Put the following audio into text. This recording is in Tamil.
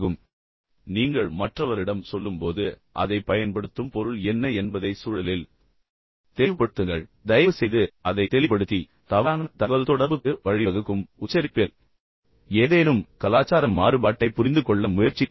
இப்போது நீங்கள் மற்றவரிடம் சொல்லும்போது அதைப் பயன்படுத்தும் பொருள் என்ன என்பதைச் சூழலில் தெளிவுபடுத்துங்கள் தயவுசெய்து அதை தெளிவுபடுத்தி தவறான தகவல்தொடர்புக்கு வழிவகுக்கும் உச்சரிப்பில் ஏதேனும் கலாச்சார மாறுபாட்டைப் புரிந்துகொள்ள முயற்சிக்கவும்